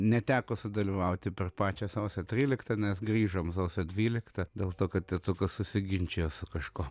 neteko sudalyvauti per pačią sausio tryliktą nes grįžom sausio dvyliktą dėl to kad tėtukas susiginčijo su kažkuo